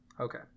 Okay